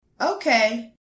Okay